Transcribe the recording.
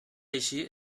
així